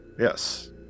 Yes